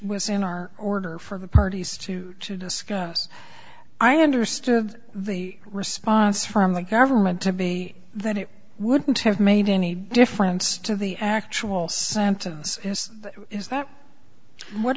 was in our order for the parties to to discuss i understood the response from the government to be that it wouldn't have made any difference to the actual sentence is that what